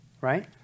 right